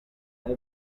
have